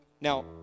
Now